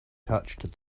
touched